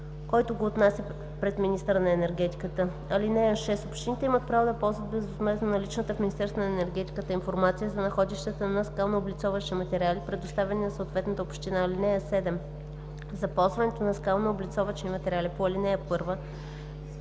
който го отнася пред министъра на енергетиката. (6) Общините имат право да ползват безвъзмездно наличната в Министерството на енергетиката информация за находищата на скалнооблицовъчни материали, предоставени на съответната община. (7) За ползването на скалнооблицовъчните материали по ал. 1: